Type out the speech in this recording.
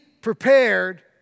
prepared